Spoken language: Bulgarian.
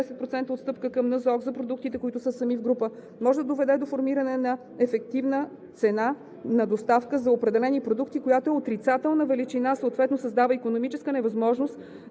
каса за продуктите, които са сами в група, може да доведе до формиране на ефективна цена на доставка за определени продукти, която е отрицателна величина, съответно създава икономическа невъзможност